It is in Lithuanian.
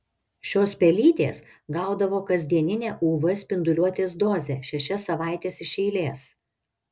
šios pelytės gaudavo kasdieninę uv spinduliuotės dozę šešias savaites iš eilės